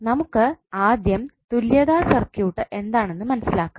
നമുക്ക് ആദ്യം തുല്യതാ സർക്യൂട്ട് എന്താണെന്ന് മനസ്സിലാക്കാം